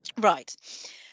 right